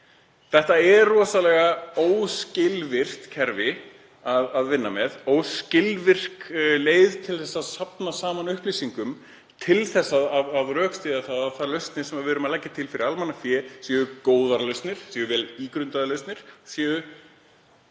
Þetta er rosalega óskilvirkt kerfi að vinna með, óskilvirk leið til að safna saman upplýsingum til þess að rökstyðja að þær lausnir sem við leggjum til fyrir almannafé séu góðar lausnir, séu vel ígrundaðar lausnir, séu